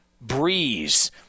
Breeze